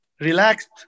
relaxed